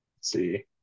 see